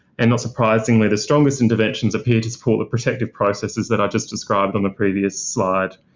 and, not surprisingly, the strongest interventions appear to support the protective processes that i've just described on the previous slide.